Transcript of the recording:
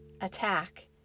Attack